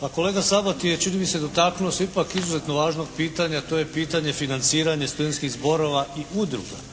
Pa kolega Sabati je čini mi se dotaknuo se ipak izuzetno važnog pitanja, to je pitanje financiranja studentskih zborova i udruga.